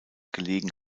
gelegen